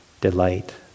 delight